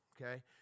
okay